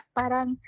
parang